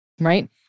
Right